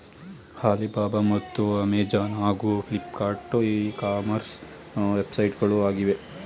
Alibaba ಮತ್ತು Amazon ಹಾಗೂ Flipkart e commerce ವೆಬ್ಸೈಟ್ಗಳು ಆಗಿವೆ